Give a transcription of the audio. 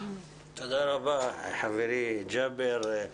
תודה רבה חברי ג'אבר.